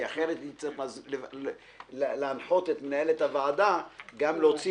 כי אחרת נצטרך להנחות את מנהלת הוועדה להוציא